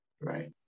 right